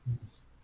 yes